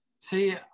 See